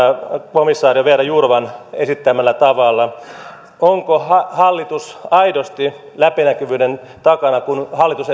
komissaari vera jourovan esittämällä tavalla onko hallitus aidosti läpinäkyvyyden takana kun hallitus